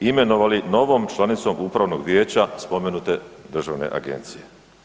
imenovali novom članicom upravnog vijeća spomenute državne agencije.